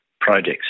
projects